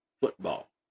football